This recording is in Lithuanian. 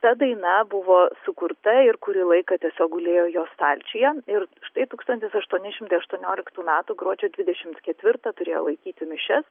ta daina buvo sukurta ir kurį laiką tiesiog gulėjo jo stalčiuje ir štai tūkstantis aštuoni šimtai aštuonioliktų metų gruodžio dvidešimt ketvirtą turėjo laikyti mišias